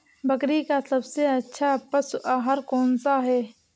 बकरी का सबसे अच्छा पशु आहार कौन सा है?